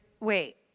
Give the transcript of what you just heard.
Wait